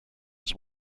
his